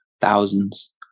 thousands